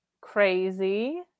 Crazy